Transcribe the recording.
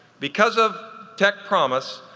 because of tech promise,